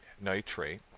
nitrate